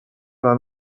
alla